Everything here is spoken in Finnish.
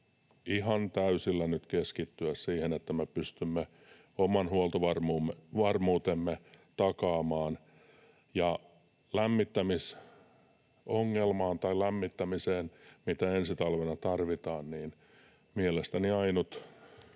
ihan täysillä nyt keskittyä siihen, että me pystymme oman huoltovarmuutemme takaamaan. Lämmittämiseen, mitä ensi talvena tarvitaan, mielestäni ainut